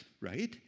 right